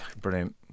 Brilliant